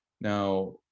now